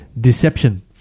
deception